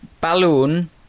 balloon